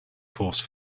force